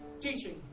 teaching